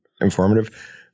informative